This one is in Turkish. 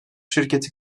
şirketi